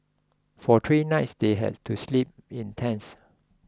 for three nights they had to sleep in tents